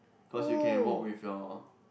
cause you can walk with your